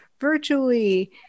virtually